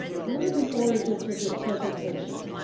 here are the origins of this presentation.